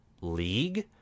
league